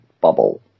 bubble